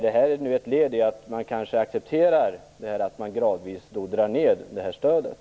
Detta kanske är ett led i att man accepterar en gradvis minskning av stödet.